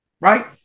Right